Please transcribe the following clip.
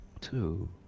two